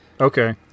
Okay